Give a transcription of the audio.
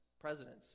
presidents